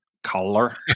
Color